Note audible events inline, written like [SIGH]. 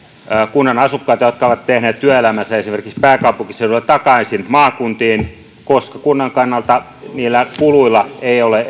asukkaita jotka ovat tehneet työelämänsä esimerkiksi pääkaupunkiseudulla takaisin maakuntiin koska kunnan kannalta niillä kuluilla ei ole [UNINTELLIGIBLE]